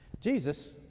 Jesus